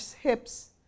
hips